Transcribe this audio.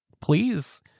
Please